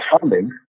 funding